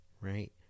right